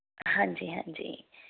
ਹਾਂਜੀ ਹਾਂਜੀ